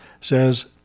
says